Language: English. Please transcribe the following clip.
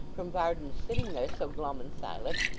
from varden's sitting there so glum and silent,